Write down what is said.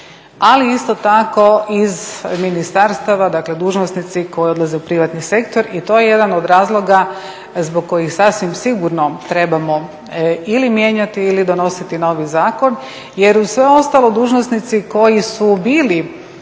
ali isto tako iz ministarstva dakle dužnosnici koji odlaze u privatni sektor i to je jedan od razloga zbog kojih sasvim sigurno trebamo ili mijenjati ili donositi novi zakon jer u sve ostalo dužnosnici koji su bili